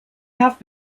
have